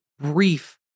brief